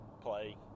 play